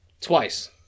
twice